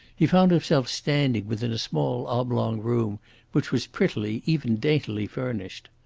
he found himself standing within a small oblong room which was prettily, even daintily, furnished.